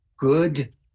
Good